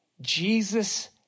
Jesus